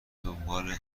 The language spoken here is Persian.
دنبال